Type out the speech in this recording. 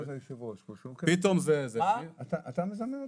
אתה מזמן אותם?